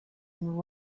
and